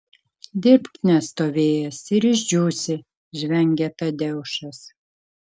dirbk nestovėjęs ir išdžiūsi žvengia tadeušas